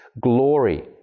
glory